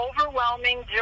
overwhelming